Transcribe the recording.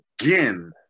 again